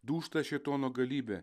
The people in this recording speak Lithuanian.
dūžta šėtono galybė